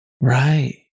Right